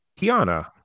kiana